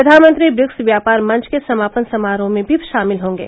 प्रधानमंत्री ब्रिक्स व्यापार मंच के समापन समारोह में भी शामिल होंगे